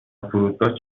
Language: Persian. فرودگاه